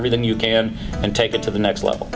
everything you can and take it to the next level